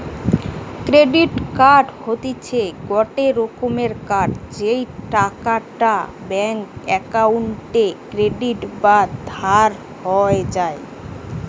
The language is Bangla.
ক্রেডিট কার্ড হতিছে গটে রকমের কার্ড যেই টাকাটা ব্যাঙ্ক অক্কোউন্টে ক্রেডিট বা ধার হয়ে যায়